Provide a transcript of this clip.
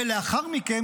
ולאחר מכן,